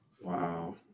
Wow